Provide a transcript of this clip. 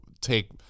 take